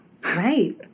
Right